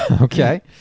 Okay